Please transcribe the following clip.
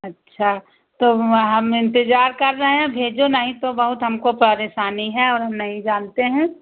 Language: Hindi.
अच्छा तो वा हम इंतज़ार कर रहे हैं भेजो नहीं तो बहुत हमको परेशानी है और हम नहीं जानते हैं